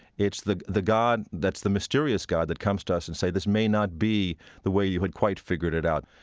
it's the the god that's the mysterious god that comes to us to and say, this may not be the way you had quite figured it out.